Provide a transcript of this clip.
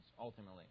ultimately